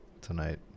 tonight